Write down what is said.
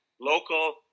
local